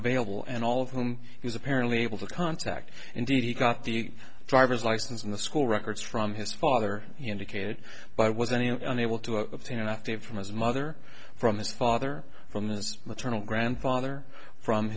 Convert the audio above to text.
available and all of whom he was apparently able to contact indeed he got the driver's license in the school records from his father he indicated by was any able to obtain an active from his mother from his father from his maternal grandfather from